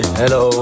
hello